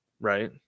right